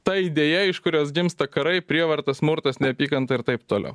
ta idėja iš kurios gimsta karai prievarta smurtas neapykanta ir taip toliau